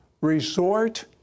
resort